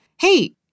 hey